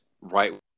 Right